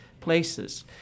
places